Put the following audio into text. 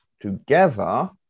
together